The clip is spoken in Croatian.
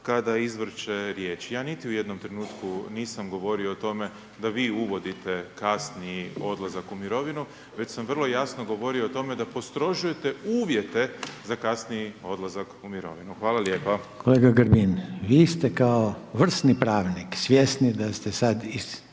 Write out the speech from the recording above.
kada izvrće riječ. Ja niti u jednom trenutku nisam govorio o tome, da vi uvodite kasniji ulazak u mirovinu, već sam vrlo jasno govorio o tome da potražujete uvijete za kasniji odlazak u mirovinu, hvala lijepo. **Reiner, Željko (HDZ)** Kolega Grbin, vi ste kao vrsni pravnik, svjesni da ste sada